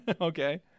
Okay